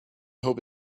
hope